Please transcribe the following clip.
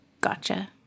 Gotcha